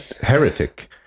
heretic